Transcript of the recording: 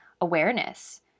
awareness